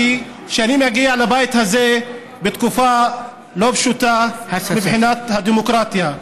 שאני מגיע לבית הזה בתקופה לא פשוטה מבחינת הדמוקרטיה.